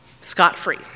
scot-free